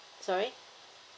sorry